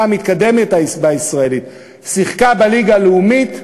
המתקדמת הישראלית שיחקו בליגה הלאומית,